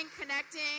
connecting